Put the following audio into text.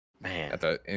Man